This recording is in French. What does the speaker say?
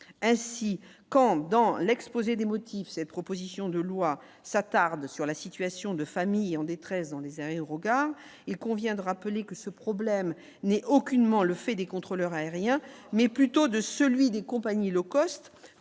ainsi quand, dans l'exposé des motifs, cette proposition de loi s'attarde sur la situation de famille en détresse dans les aérogares, il convient de rappeler que ce problème n'est aucunement le fait des contrôleurs aériens, mais plutôt de celui des compagnies low-cost